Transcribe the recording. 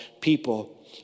people